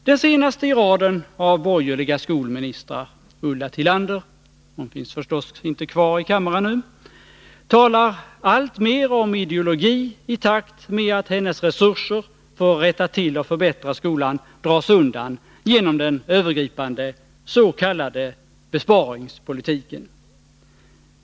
Den senaste i raden av borgerliga skolministrar, Ulla Tillander — hon sitter förstås inte kvar i kammaren — talar alltmer om ideologi, i takt med att hennes resurser för att rätta till och förbättra skolan dras undan genom den övergripande s.k. besparingspolitiken.